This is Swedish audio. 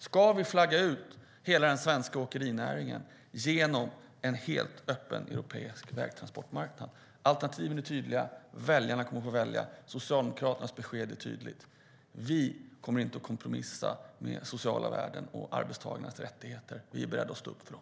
Ska vi flagga ut hela den svenska åkerinäringen genom en helt öppen europeisk vägtransportmarknad? Alternativen är tydliga. Väljarna kommer att få välja. Socialdemokraternas besked är tydligt. Vi kommer inte att kompromissa med sociala värden och arbetstagarnas rättigheter. Vi är beredda att stå upp för dem.